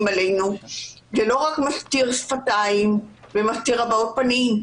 עלינו זה לא רק מסתיר שפתיים ומסתיר הבעות פנים,